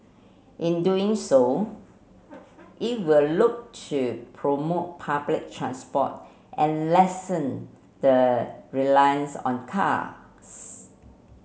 in doing so it will look to promote public transport and lessen the reliance on cars